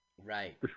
Right